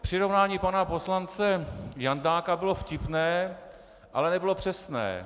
Přirovnání pana poslance Jandáka bylo vtipné, ale nebylo přesné.